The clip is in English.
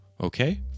Okay